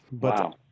Wow